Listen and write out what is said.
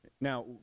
Now